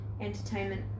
entertainment